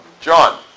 John